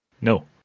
No